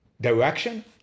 direction